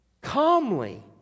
calmly